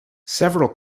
several